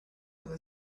came